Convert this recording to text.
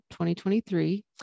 2023